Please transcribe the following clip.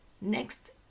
Next